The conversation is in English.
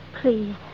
please